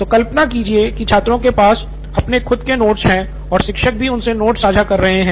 तो कल्पना कीजिए कि छात्रों के पास अपने खुद के नोट्स हैं और शिक्षक भी उनसे नोट्स साझा कर रहे हैं